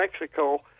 Mexico